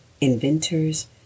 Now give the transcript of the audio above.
inventors